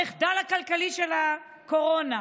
המחדל הכלכלי של הקורונה,